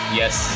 yes